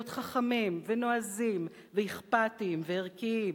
ולהיות חכמים ונועזים ואכפתיים וערכיים.